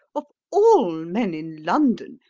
of all men in london,